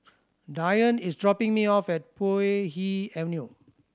Diane is dropping me off at Puay Hee Avenue